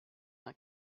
that